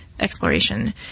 Exploration